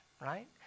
right